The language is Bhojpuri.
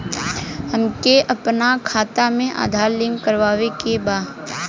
हमके अपना खाता में आधार लिंक करावे के बा?